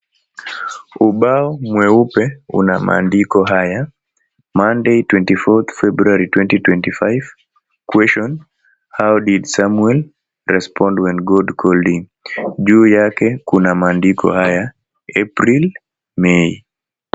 Ubao mweupe una maandiko haya, "Monday 24th February 2025.Question: how did Samuel respond when God called him?" Juu yake Kuna maandiko haya,"April, May."